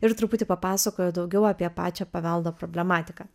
ir truputį papasakoja daugiau apie pačią paveldo problematiką